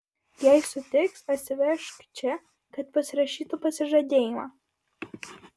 jei sutiks atsivežk čia kad pasirašytų pasižadėjimą